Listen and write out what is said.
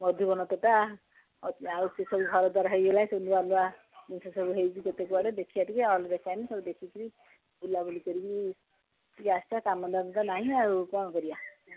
ମଧୁବନ ତୋଟା ଆଉ ସେ ସବୁ ଘର ଦ୍ୱାରା ହେଇଗଲାଣି ନୂଆ ନୂଆ ଜିନିଷ ସବୁ ହେଇଛି କେତେ କୁଆଡ଼େ ଦେଖିବା ଟିକେ ଅଲଗା ସବୁ ଦେଖିକିରି ବୁଲାବୁଲି କରିକି ଟିକେ ଆସିବା କାମଧାମ ତ ନାହିଁ ଆଉ କ'ଣ କରିବା